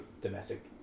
Domestic